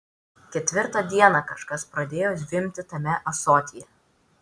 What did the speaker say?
ketvirtą dieną kažkas pradėjo zvimbti tame ąsotyje